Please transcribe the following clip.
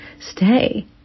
stay